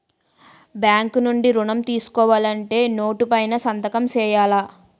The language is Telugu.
బ్యాంకు నుండి ఋణం తీసుకోవాలంటే నోటు పైన సంతకం సేయాల